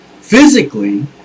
physically